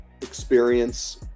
experience